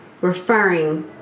referring